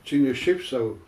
čia ne šiaip sau